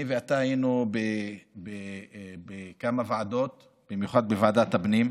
אני ואתה היינו בכמה ועדות, במיוחד בוועדת הפנים,